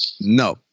No